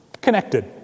connected